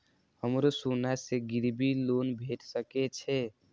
हमरो सोना से गिरबी लोन भेट सके छे?